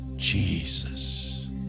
Jesus